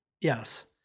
Yes